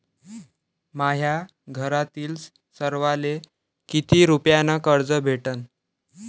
माह्या घरातील सर्वाले किती रुप्यान कर्ज भेटन?